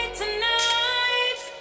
tonight